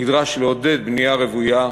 נדרש לעודד בנייה רוויה.